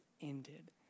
ended